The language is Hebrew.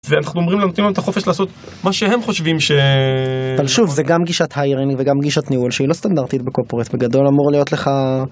אנחנו אומרים להם את החופש לעשות מה שהם חושבים ש... אבל שוב, זה גם גישת היירני וגם גישת ניהול שהיא לא סטנדרטית בקורפורט, בגדול אמור להיות לך...